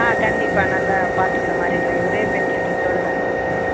ஆ கண்டிப்பாக நல்லா பார்த்துக்கற மாதிரி ட்ரைவரு ஸ்பெசிலிடிஸ்ஸோடு வேனு அனுப்புகிறோங்க